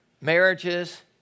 marriages